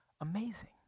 Amazing